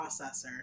processor